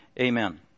amen